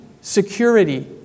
security